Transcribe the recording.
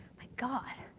my god.